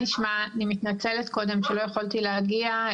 אני מתנצלת שלא יכולתי להגיע,